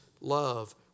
love